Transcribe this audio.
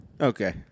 Okay